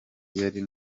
yari